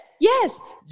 Yes